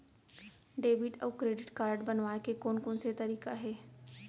Debit अऊ credit card बनवाए के कोन कोन से तरीका हे?